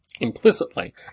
implicitly